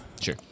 Sure